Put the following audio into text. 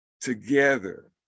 together